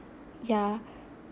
yeah